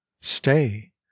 stay